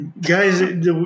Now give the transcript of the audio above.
Guys